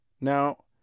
Now